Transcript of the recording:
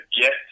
get